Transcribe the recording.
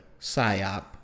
psyop